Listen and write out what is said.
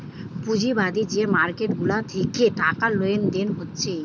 পুঁজিবাদী যে মার্কেট গুলা থিকে টাকা লেনদেন হচ্ছে